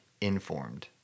informed